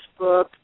Facebook